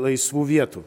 laisvų vietų